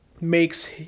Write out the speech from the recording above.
makes